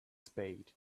spade